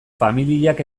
familiak